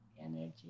energy